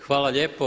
Hvala lijepo.